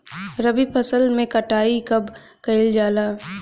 रबी फसल मे कटाई कब कइल जाला?